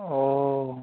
অঁ